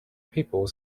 people